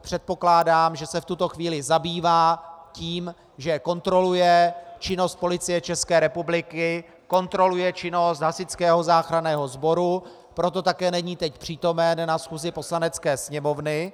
Předpokládám, že se v tuto chvíli zabývá tím, že kontroluje činnost Policie České republiky, kontroluje činnost Hasičského záchranného sboru, proto také není teď přítomen na schůzi Poslanecké sněmovny.